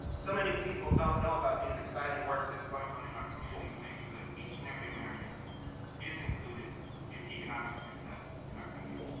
so many people don't know about these exciting work that's going on in our community to make sure that each and every american is included in economic success in our country.